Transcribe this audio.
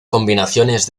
combinaciones